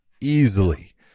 easily